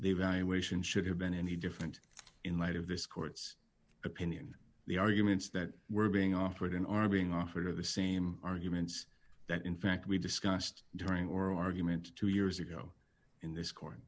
they valuation should have been any different in light of this court's opinion the arguments that were being offered in are being offered are the same arguments that in fact we discussed during oral argument two years ago in this court